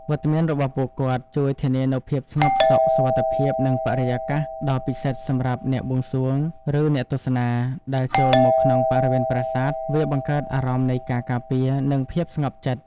វត្តមានរបស់ពួកគាត់ជួយធានានូវភាពស្ងប់សុខ សុវត្ថិភាព និងបរិយាកាសដ៏ពិសិដ្ឋសម្រាប់អ្នកបួងសួង ឬអ្នកទស្សនា ដែលចូលមកក្នុងបរិវេណប្រាសាទ វាបង្កើតអារម្មណ៍នៃការការពារ និងភាពស្ងប់ចិត្ត។